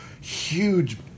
huge